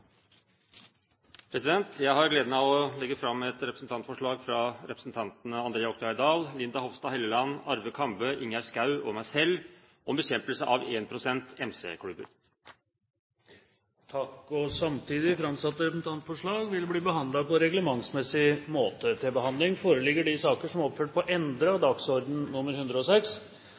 Jeg har gleden av å legge fram et representantforslag fra representantene André Oktay Dahl, Linda C. Hofstad Helleland, Arve Kambe, Ingjerd Schou og meg selv om bekjempelse av énprosent MC-klubber. Forslagene vil bli behandlet på reglementsmessig måte. Før sakene på dagens kart tas opp til behandling,